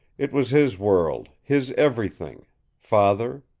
it was his world, his everything father,